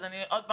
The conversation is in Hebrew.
אני שואלת שוב: